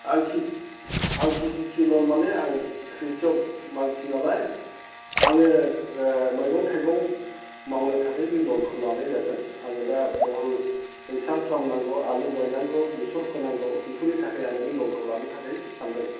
आं K C C loan माने आं क्रिस'क मानसि नालाय आङो मैगं थाइगं मावनो थाखाय बे ल'नखौ लानाय जागोन आङो दा बहल बैसां खालामनांगौ आलु गायनांगौ बेसर फोनांगौ बेफोरनि थाखाय आं बे ल'नखौ लानो थाखाय सानदों